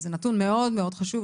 וזה נתון מאוד חשוב.